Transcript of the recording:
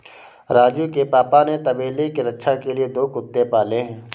राजू के पापा ने तबेले के रक्षा के लिए दो कुत्ते पाले हैं